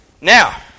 Now